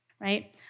right